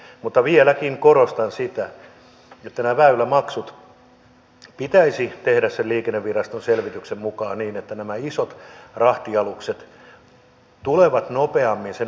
mutta vieläkin korostan sitä että nämä väylämaksut pitäisi tehdä sen liikenneviraston selvityksen mukaan niin että nämä isot rahtialukset tulevat nopeammin sen alennuksen piiriin